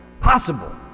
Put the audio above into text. possible